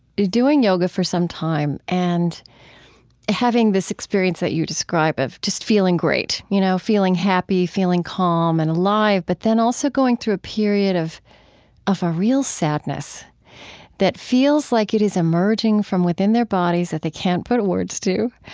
doing yoga for some time and having this experience that you describe of just feeling great, you know, feeling happy, feeling calm and alive, but then also going through a period of of a real sadness that feels like it is emerging from within their bodies that they can't put words to.